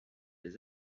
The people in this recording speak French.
des